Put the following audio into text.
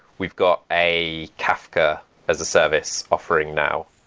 we've got a kafka as a service offering now.